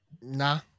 nah